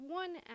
one